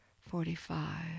forty-five